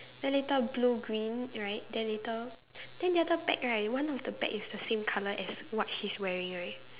then later blue green right then later then the other bag right one of the bag is the same colour as what she's wearing right